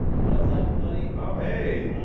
what's up, buddy? oh, hey.